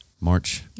March